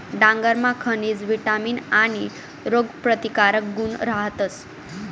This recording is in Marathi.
डांगरमा खनिज, विटामीन आणि रोगप्रतिकारक गुण रहातस